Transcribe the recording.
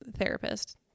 therapist